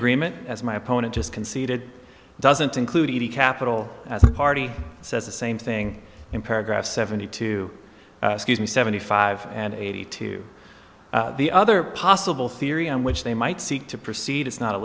agreement as my opponent just conceded doesn't include a capital as a party says the same thing in paragraph seventy two seventy five and eighty two the other possible theory on which they might seek to proceed is not a